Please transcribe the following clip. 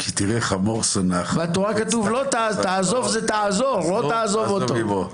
"כי תראה חמור שֹנאך רֹבץ תחת משאו --- עָזֹב תעֲזֹב עִמו".